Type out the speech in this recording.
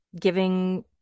giving